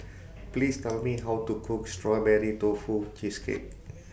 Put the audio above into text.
Please Tell Me How to Cook Strawberry Tofu Cheesecake